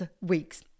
weeks